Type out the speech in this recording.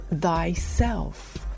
thyself